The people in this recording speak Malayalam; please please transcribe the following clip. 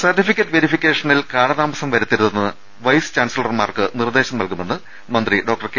സർട്ടിഫിക്കറ്റ് വെരിഫിക്കേഷനിൽ കാലതാമസം വരുത്തരുതെന്ന് വൈസ് ചാൻസിലർമാർക്ക് നിർദ്ദേശം നൽകുമെന്ന് മന്ത്രി കെ